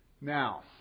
Now